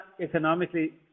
economically